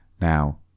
Now